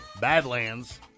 Badlands